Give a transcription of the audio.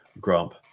Grump